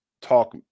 talk